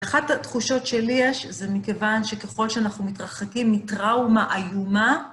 אחת התחושות שלי יש, זה מכיוון שככל שאנחנו מתרחקים מטראומה איומה,